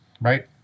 right